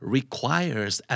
Requires